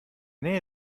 nähe